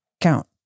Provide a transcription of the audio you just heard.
Count